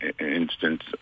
instance